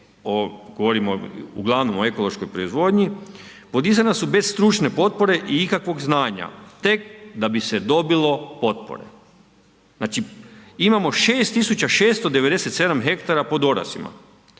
uglavnom o ekološkoj proizvodnji podizana su bez stručne potpore i ikakvog znanja tek da bi se dobilo potpore. Znači imamo 6 tisuća 697 hektara pod orasima.